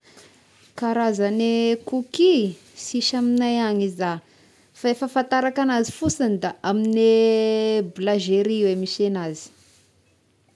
Karazagne cookies, sisy amignay agny iza fa e fahafantarako agn'azy fosigny da amin'gne bôlanzery regny misy agnazy.